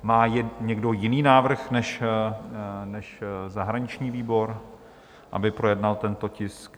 Má někdo jiný návrh než zahraniční výbor, aby projednal tento tisk?